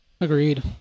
Agreed